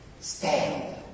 stand